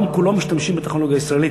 בעולם כולו משתמשים בטכנולוגיה ישראלית.